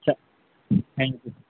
thank you